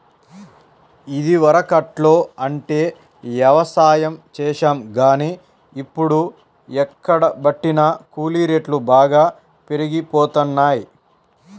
ఇదివరకట్లో అంటే యవసాయం చేశాం గానీ, ఇప్పుడు ఎక్కడబట్టినా కూలీ రేట్లు బాగా పెరిగిపోతన్నయ్